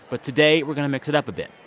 but today, we're going to mix it up a bit.